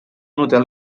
hotel